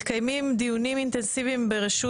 מתקיימים דיונים אינטנסיביים ברשות